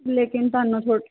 ਲੇਕਿਨ ਤੁਹਾਨੂੰ ਥੋੜ